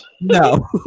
No